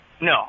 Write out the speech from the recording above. No